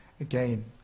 again